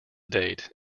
date